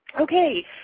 Okay